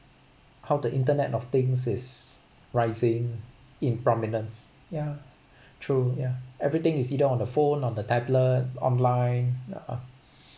how the internet of things is rising in prominence ya true ya everything is either on the phone on the tablet online ya